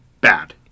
bad